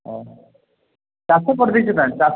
ଚାଷ କରିଦେଇଛୁ ତାହେଲେ ଚାଷ